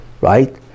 right